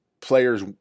players